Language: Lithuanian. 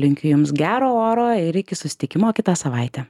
linkiu jums gero oro ir iki susitikimo kitą savaitę